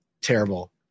terrible